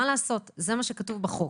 מה לעשות, זה מה שכתוב בחוק.